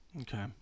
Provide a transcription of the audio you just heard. Okay